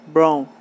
Brown